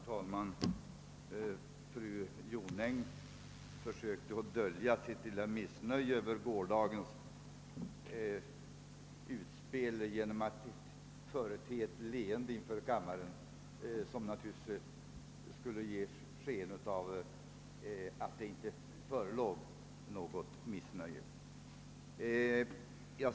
Herr talman! Fru Jonäng försökte dölja sitt lilla missnöje över gårdagens utspel genom att inför kammaren förete ett. leende som naturligtvis skulle ge sken av att det inte förelåg något missnöje.